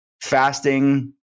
fasting